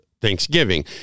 Thanksgiving